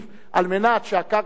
כדי שהקרקע שלו תושבח,